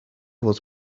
was